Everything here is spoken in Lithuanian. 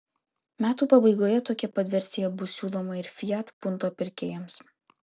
metų pabaigoje tokia pat versija bus siūloma ir fiat punto pirkėjams